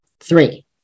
Three